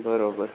બરોબર